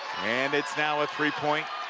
and it's now a three-point